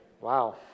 Wow